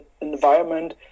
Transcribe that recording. environment